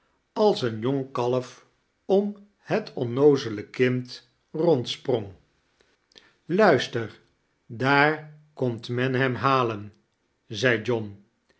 als een jong kalf om het onnoozele kind rondsprong luister daar komt men hem lialen zei john